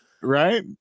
right